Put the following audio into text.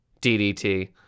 DDT